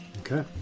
Okay